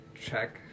check